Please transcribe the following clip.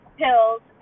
pills